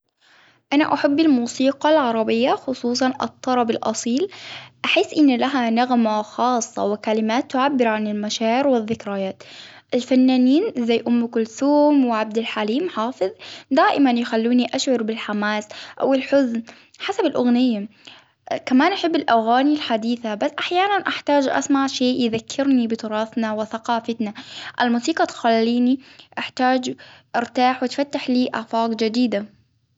أنا احب الموسيقى العربية خصوصا الطرب الاصيل، أحس أن لها نغمة خاصة وكلمات تعبر عن المشاعر والذكريات، الفنانين ذي أم كلثوم وعبد الحليم حافظ،. دائما يخلوني أشعر بالحماس أو الحزن حسب الأغنية، كمان أحب الأغاني بل أحيانا أحتاج أغمى في يذكرني بتراثنا وثقافتنا، الموسيقى تخليني أحتاج أرتاح وتفتح لي آفاق جديدة.